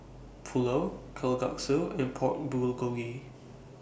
Pulao Kalguksu and Pork Bulgogi